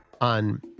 on